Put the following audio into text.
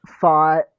fought